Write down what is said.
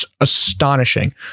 astonishing